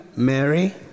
Mary